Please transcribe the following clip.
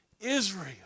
Israel